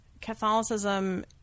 Catholicism